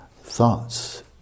thoughts